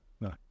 No